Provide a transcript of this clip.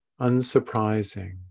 unsurprising